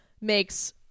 makes